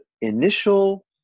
initial